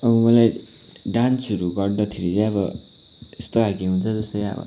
अब मलाई डान्सहरू गर्दाखेरि चाहिँ अब यस्तो खाले हुन्छ जस्तै अब